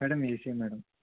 madam AC madam